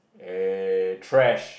eh trash